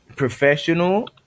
professional